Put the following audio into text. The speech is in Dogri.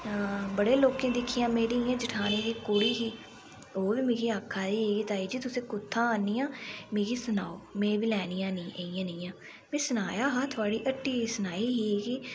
हां बड़े लोकें दिक्खियां मेरी इ'यां जठानी दी कुड़ी ही ओह् बी मिगी आखा दी ही ताई जी तुसें कुत्थां आह्नियां मिगी सनाओ में बी लैनियां नी इयै नेहियां में सनाया हा थुआढ़ी हट्टी सनाई ही